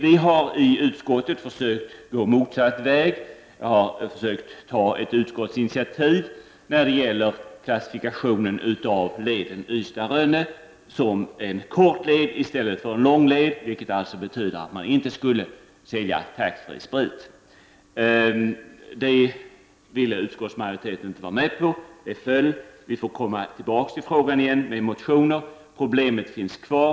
Vi har i utskottet försökt att gå motsatt väg. Jag har försökt att ta ett utskottsinitiativ när det gäller att klassificera linjen Ystad—-Rönne som en kort led i stället för en lång led. Det skulle betyda att man inte får sälja taxfree-sprit. Utskottsmajoriteten ville inte vara med på detta. Det föll. Vi får komma tillbaka till frågan igen i motioner. Problemet finns kvar.